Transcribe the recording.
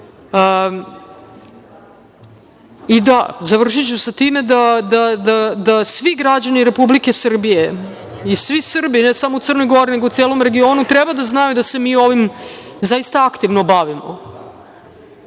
rezultat? Završiću sa time da svi građani Republike Srbije i svi Srbi, ne samo u Crnoj Gori, nego u celom regionu, treba da znaju da se mi ovim zaista aktivno bavimo,